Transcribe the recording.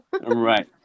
Right